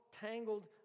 tangled